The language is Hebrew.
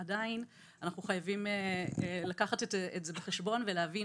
אבל עדיין אנחנו חייבים לקחת את זה בחשבון ולהבין